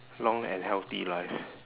long and healthy life